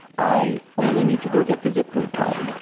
i only need to go get the zip code column.